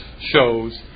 shows